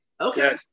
Okay